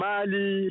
Mali